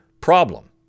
problem